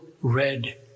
red